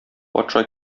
патша